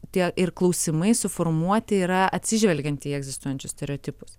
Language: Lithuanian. tie ir klausimai suformuoti yra atsižvelgiant į egzistuojančius stereotipus